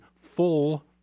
full